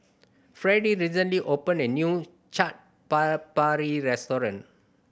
Fredie recently opened a new Chaat Papri Restaurant